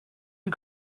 you